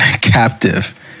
captive